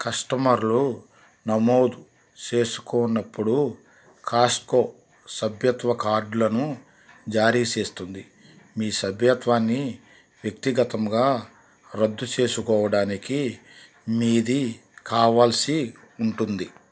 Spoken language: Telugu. కస్టమర్లు నమోదు చేసుకోనప్పుడు కాస్కో సభ్యత్వ కార్డులను జారీ చేస్తుంది మీ సభ్యత్వాన్ని వ్యక్తిగతముగా రద్దు చేసుకోవడానికి మీది కావాల్సి ఉంటుంది